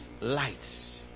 lights